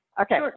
Okay